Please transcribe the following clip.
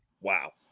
Wow